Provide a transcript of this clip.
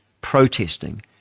protesting